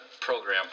program